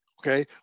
Okay